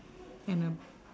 and a